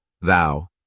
thou